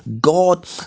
God